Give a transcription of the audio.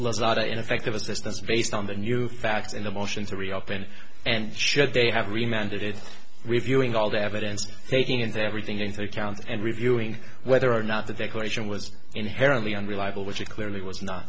the ineffective assistance based on the new facts in the motion to reopen and should they have reminded reviewing all the evidence taking into everything into account and reviewing whether or not the declaration was inherently unreliable which it clearly